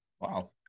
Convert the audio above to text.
Wow